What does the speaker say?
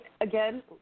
again